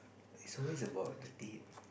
it's always about the date